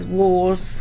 wars